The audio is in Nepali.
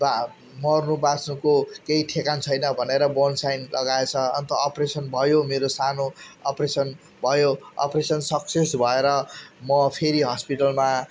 बा मर्नु बाँच्नुको केही ठेगान छैन भनेर बोन्ड साइन लगाएछ अन्त अप्रेसन भयो मेरो सानो अप्रेसन भयो अप्रेसन सक्सेस भएर म फेरि हस्पिटलमा